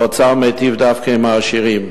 האוצר מיטיב דווקא עם העשירים.